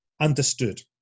understood